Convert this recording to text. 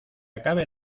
acabe